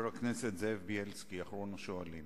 חבר הכנסת זאב בילסקי, אחרון השואלים.